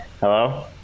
Hello